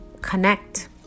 connect